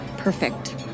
perfect